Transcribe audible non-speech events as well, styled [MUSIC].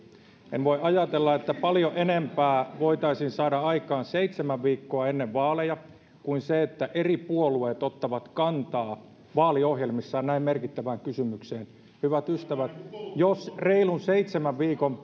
en voi ajatella että paljon enempää voitaisiin saada aikaan seitsemän viikkoa ennen vaaleja kuin se että eri puolueet ottavat kantaa vaaliohjelmissaan näin merkittävään kysymykseen hyvät ystävät reilun seitsemän viikon [UNINTELLIGIBLE]